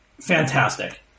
Fantastic